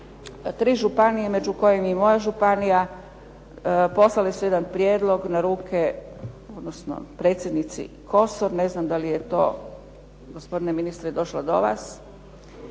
tri županije među kojima je moja županija poslali su jedan prijedlog na ruke, odnosno predsjednici Kosor. Ne znam da li je to gospodine ministre došlo do vas,